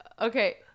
okay